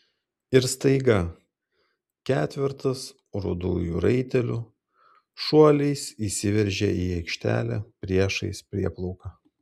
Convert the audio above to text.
ir staiga ketvertas rudųjų raitelių šuoliais įsiveržė į aikštelę priešais prieplauką